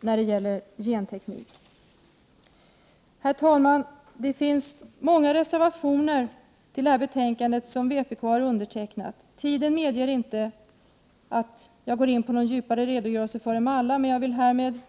när det gäller genteknik. Herr talman! Det finns till detta betänkande fogade många reservationer, som vpk har undertecknat. Tiden medger inte att jag går in på någon djupare Prot. 1988/89:127 redogörelse för dem alla.